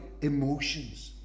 emotions